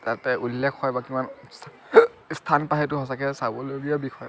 তাতে উল্লেখ হয় বা কিমান স্থান পায় সেইটো সঁচাকে চাবলগীয়া বিষয়